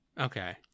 Okay